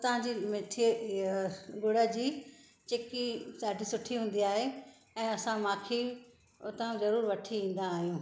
हुतां जी मिठी गुड़ जी चिकी ॾाढी सुठी हूंदी आहे ऐं असां माखी हुतां ज़रूरु वठी ईंदा आहियूं